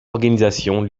organisations